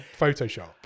Photoshop